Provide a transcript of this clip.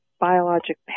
biologic